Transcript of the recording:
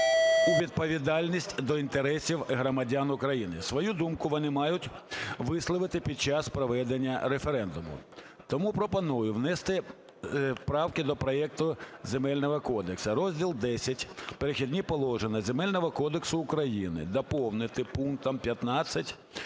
у відповідальність до інтересів громадян України. Свою думку вони мають висловити під час проведення референдуму. Тому пропоную внести правки до проекту Земельного кодексу: "Розділ X "Перехідні положення" Земельного кодексу України доповнити новим пунктом 15